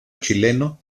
chileno